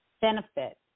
benefit